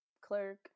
clerk